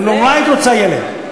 ונורא היית רוצה ילד.